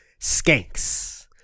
skanks